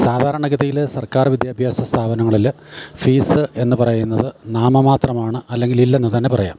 സാധാരണ ഗതിയിൽ സർക്കാർ വിദ്യാഭ്യാസ സ്ഥാപനങ്ങളിൽ ഫീസ്സ് എന്ന് പറയുന്നത് നാമ മാത്രമാണ് അല്ലെങ്കിൽ ഇല്ലെന്ന് തന്നെ പറയാം